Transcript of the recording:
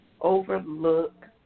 overlook